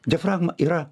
diafragmą yra